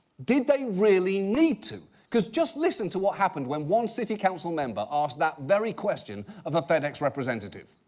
did they really need to? cause just listen to what happened when one city council member asked that very question of a fedex representative.